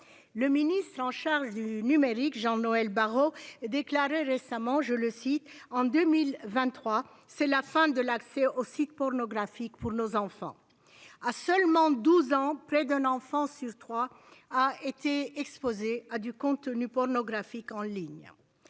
Le ministre en charge du numérique, Jean-Noël Barrot, déclarait récemment, je le cite, en 2023 c'est la fin de l'accès aux sites pornographiques pour nos enfants. À seulement 12 ans près d'un enfant sur 3 a été exposés à du contenu pornographique en ligne.